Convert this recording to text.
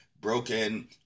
broken